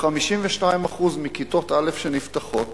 ש-52% מכיתות א' שנפתחות